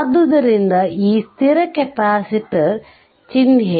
ಆದ್ದರಿಂದ ಇದು ಸ್ಥಿರ ಕೆಪಾಸಿಟರ್ ಚಿಹ್ನೆ